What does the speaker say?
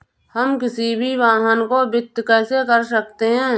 हम किसी भी वाहन को वित्त कैसे कर सकते हैं?